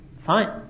fine